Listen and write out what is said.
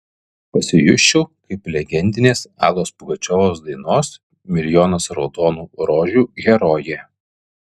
pasijusčiau kaip legendinės alos pugačiovos dainos milijonas raudonų rožių herojė